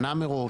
שנה מראש.